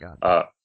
god